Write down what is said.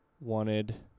wanted